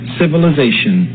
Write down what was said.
civilization